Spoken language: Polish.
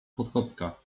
kokotka